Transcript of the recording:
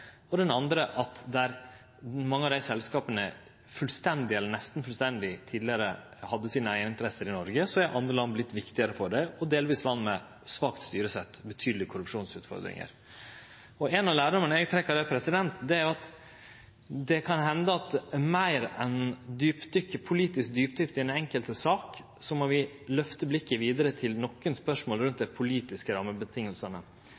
åra. Den eine er at tidlegare heileigde statlege selskap no er aksjeselskap der staten er deleigar, og det andre er at der mange av dei selskapa fullstendig, eller nesten fullstendig, tidlegare hadde sine eigarinteresser i Noreg, så har andre land vorte viktigare for dei, og delvis land med svakt styresett og betydelege korrupsjonsutfordringar. Ein lærdom eg trekkjer av det, er at det kan hende at meir enn politisk djupdykk i den enkelte saka, må vi løfte blikket vidare til nokre spørsmål